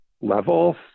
levels